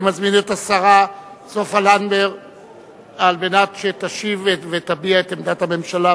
אני מזמין את השרה סופה לנדבר להשיב ולהביע את עמדת הממשלה.